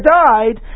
died